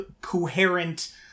coherent